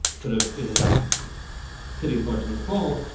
sort of in cities large and small,